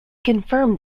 confirmed